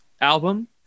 album